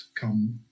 come